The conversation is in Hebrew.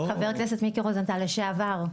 חבר הכנסת מיקי רוזנטל לשעבר,